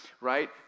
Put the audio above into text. right